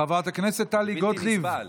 זה בלתי נסבל.